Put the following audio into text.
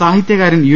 സാഹിത്യകാരൻ യു